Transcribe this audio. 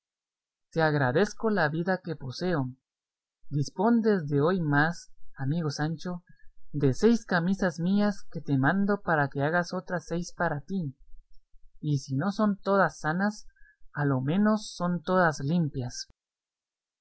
te agradezco la vida que poseo dispón desde hoy más amigo sancho de seis camisas mías que te mando para que hagas otras seis para ti y si no son todas sanas a lo menos son todas limpias